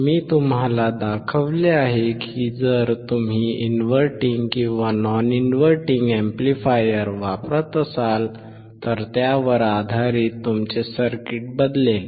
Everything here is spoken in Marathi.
मी तुम्हाला दाखवले आहे की जर तुम्ही इनव्हर्टिंग किंवा नॉन इनव्हर्टिंग अॅम्प्लिफायर वापरत असाल तर त्यावर आधारित तुमचे सर्किट बदलेल